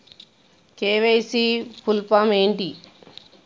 KYC full form ఏంటి?